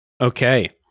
Okay